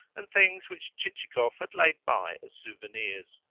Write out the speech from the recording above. and things which chichikov had laid by as souvenirs.